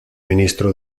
ministro